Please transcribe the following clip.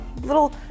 little